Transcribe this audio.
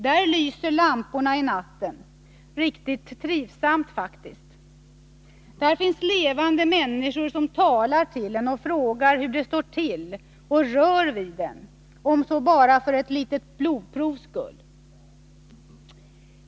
Där lyser lamporna i natten, riktigt trivsamt faktiskt. Där finns levande människor som talar till en och frågar hur det står till och rör vid en, om så bara för ett litet blodprovs skull.